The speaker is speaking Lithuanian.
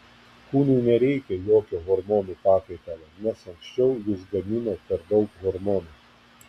kūnui nereikia jokio hormonų pakaitalo nes anksčiau jis gamino per daug hormonų